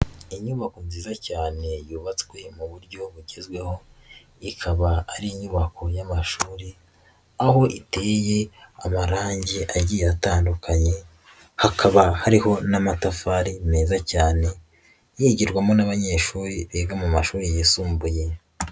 Inyubako nziza cyane yubatswe mu buryo bugezweho, ikaba ari inyubako y'amashuri aho iteye amarangi agiye atandukanye, hakaba hariho n'amatafari meza cyane, yigirwamo n'abanyeshuri biga mu mashuri yisumbuye.